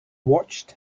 watched